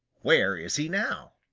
where is he now?